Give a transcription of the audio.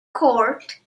court